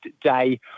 day